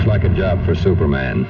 it's like a job for superman